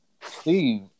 Steve